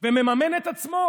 ומממן את עצמו,